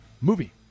movie